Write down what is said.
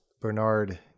Bernard